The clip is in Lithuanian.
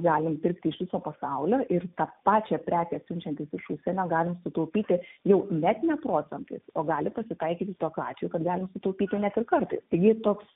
galim pirkti iš viso pasaulio ir tą pačią prekę siunčiantis iš užsienio galim sutaupyti jau net ne procentais o gali pasitaikyti tokių atvejų kad galim sutaupyti net ir kartais taigi toks